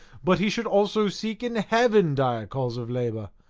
but he should also seek in heaven dire cause of labour!